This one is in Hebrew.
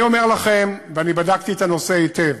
אני אומר לכם, ואני בדקתי את הנושא היטב,